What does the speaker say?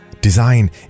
Design